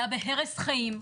אלא בהרס חיים.